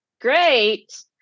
great